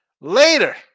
Later